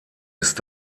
ist